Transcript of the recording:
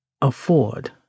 afford